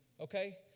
okay